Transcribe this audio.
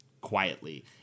quietly